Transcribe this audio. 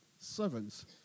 servants